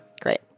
Great